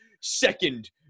second